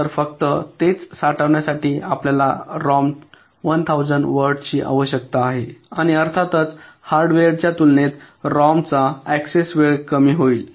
तर फक्त तेच साठवण्यासाठी आपल्याला रॉम 1000 वर्ड्सची आवश्यक आहे आणि अर्थातच हार्डवेअरच्या तुलनेत रॉमचा असेस वेळ कमी होईल